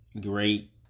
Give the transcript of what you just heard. great